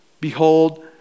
Behold